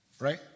Right